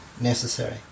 necessary